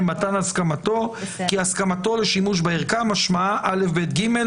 מתן הסכמתו כי הסכמתו לשימוש בערכה משמעה כך וכך".